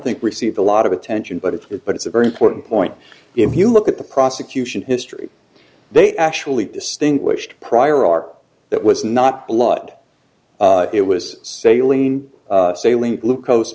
think received a lot of attention but it's good but it's a very important point if you look at the prosecution history they actually distinguished prior art that was not blood it was sailing sailing glucose